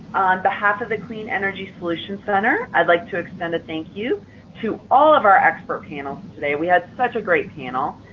behalf of the clean energy solutions center, i'd like to extend a thank-you to all of our expert panelists, today we had such a great panel.